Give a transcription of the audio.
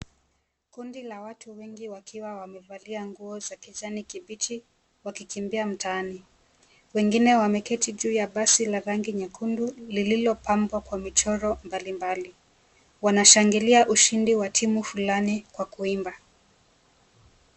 Kundi la watu wengi wakiwa wamevalia nguo za kijani kibichi wakikimbia mtaani, wengine wameketi juu ya basi la rangi nyekundu iliyopambwa kwa michoro mbalimbali wanashangilia ushindi wa timu fulani kwa kuimba.